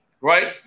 right